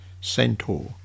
Centaur